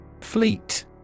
Fleet